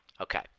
Okay